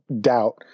doubt